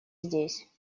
здесь